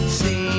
see